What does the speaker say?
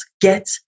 get